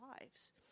lives